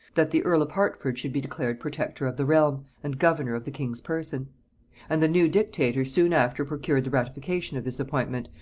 that the earl of hertford should be declared protector of the realm, and governor of the king's person and the new dictator soon after procured the ratification of this appointment,